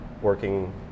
working